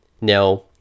Now